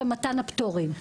במתן הפטורים.